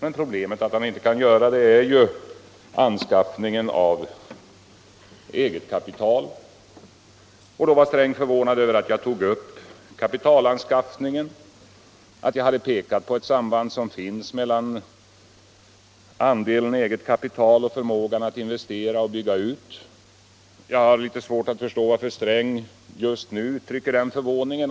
Anledningen till att han inte kan göra det är ju svårigheten att anskaffa eget kapital. Herr Sträng var förvånad över att jag tog upp kapitalanskaffningen, att jag pekade på sambandet mellan andelen eget kapital och förmågan att investera och bygga ut. Jag har litet svårt att förstå varför herr Sträng just nu uttrycker den förvåningen.